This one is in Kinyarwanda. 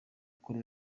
gukora